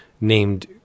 named